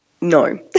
No